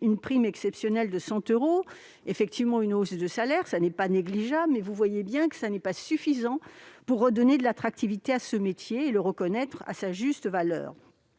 Une prime exceptionnelle de 100 euros a été prévue, ainsi qu'une hausse de salaire. Ce n'est pas négligeable, mais vous voyez bien que ce n'est pas suffisant pour redonner de l'attractivité à ce métier et pour le reconnaître à sa juste valeur.